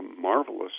marvelous